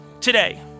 Today